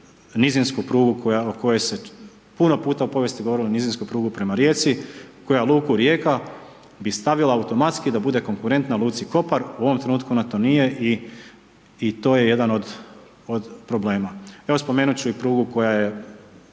nizinsku prugu o kojoj se puno puta u povijesti govorilo, nizinska pruga prema Rijeci koja luku Rijeka bi stavila automatski da bude konkurentna luci Kopar, u ovom trenutku ona to nije i to je jedan od problema. Evo spomenut ću i prugu koja je,